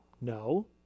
No